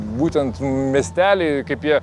būtent miesteliai kaip jie